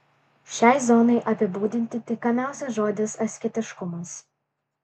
šiai zonai apibūdinti tinkamiausias žodis asketiškumas